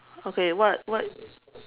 okay what what